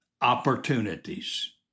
opportunities